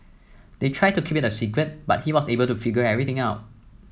they tried to keep it a secret but he was able to figure everything out